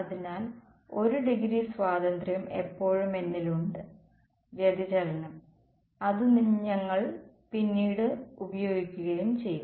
അതിനാൽ 1 ഡിഗ്രി സ്വാതന്ത്ര്യം ഇപ്പോഴും എന്നിൽ ഉണ്ട് വ്യതിചലനം അത് ഞങ്ങൾ പിന്നീട് ഉപയോഗിക്കുകയും ചെയ്യും